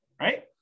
right